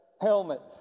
helmet